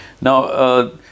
Now